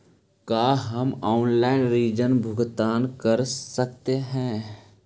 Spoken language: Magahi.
का हम आनलाइन ऋण भुगतान कर सकते हैं?